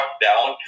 down